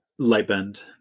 Lightbend